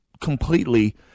completely